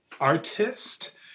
artist